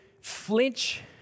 flinch